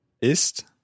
ist